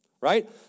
right